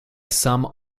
some